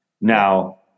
Now